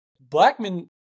Blackman